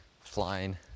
flying